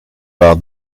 war